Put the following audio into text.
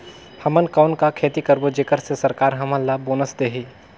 हमन कौन का खेती करबो जेकर से सरकार हमन ला बोनस देही?